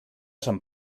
sant